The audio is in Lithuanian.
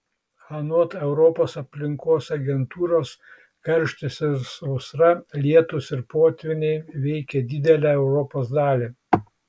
anot europos aplinkos agentūros karštis ir sausra lietūs ir potvyniai veikia didelę dalį europos